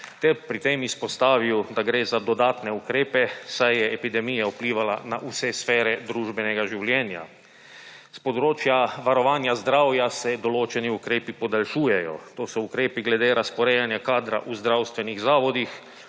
ter pri tem izpostavil, da gre za dodatne ukrepe, saj je epidemija vplivala na vse sfere družbenega življenja. S področja varovanja zdravja se določeni ukrepi podaljšujejo. To so ukrepi glede razporejanja kadra v zdravstvenih zavodih,